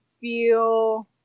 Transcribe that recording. feel